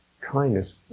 kindness